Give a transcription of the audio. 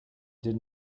did